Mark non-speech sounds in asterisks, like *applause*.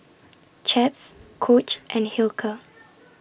Chaps Coach and Hilker *noise*